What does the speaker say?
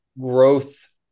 growth